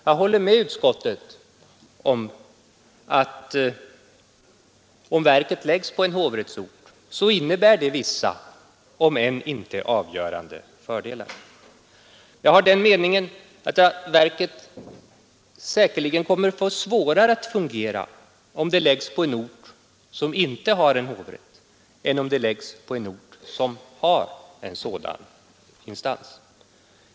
Jag håller med utskottet om att om verket läggs på en hovrättsort innebär det ”vissa om än inte avgörande fördelar”. Jag har den meningen att verket säkerligen kommer att få det svårare att fungera, om det läggs på en ort som inte har en hovrätt än om det läggs på en ort som har en sådan instans.